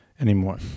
anymore